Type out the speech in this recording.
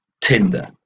Tinder